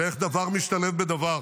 ואיך דבר משתלב בדבר.